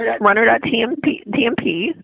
runner.tmp